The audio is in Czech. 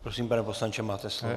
Prosím, pane poslanče, máte slovo.